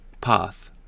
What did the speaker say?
path